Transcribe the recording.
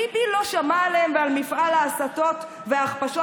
ביבי לא שמע עליהם ועל מפעל ההסתות וההכפשות